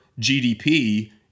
GDP